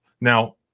Now